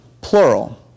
plural